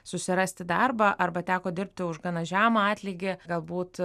susirasti darbą arba teko dirbti už gana žemą atlygį galbūt